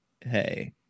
hey